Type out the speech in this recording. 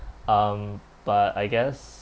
um but I guess